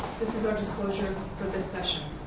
this is our disclosure for this session.